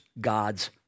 God's